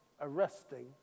arresting